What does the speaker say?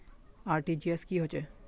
RTGS की होचए?